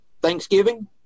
Thanksgiving